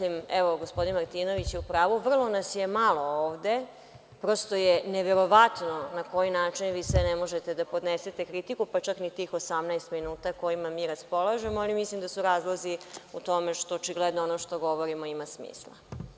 Evo, gospodin Martinović je u pravu, vrlo nas je malo ovde, prosto je neverovatno na koji način vi sve ne možete da podnesete kritiku, pa čak ni tih 18 minuta kojima mi raspolažemo, ali mislim da su razlozi u tome što očigledno ono što govorimo ima smisla.